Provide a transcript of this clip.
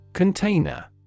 Container